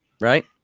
right